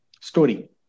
story